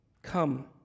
come